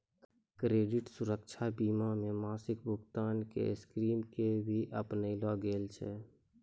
credit सुरक्षा बीमा मे मासिक भुगतान के स्कीम के भी अपनैलो गेल छै